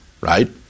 right